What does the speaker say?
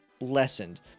lessened